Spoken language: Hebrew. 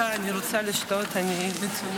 אני אתן